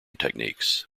techniques